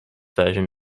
version